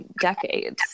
decades